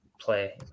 play